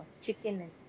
chicken